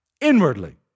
inwardly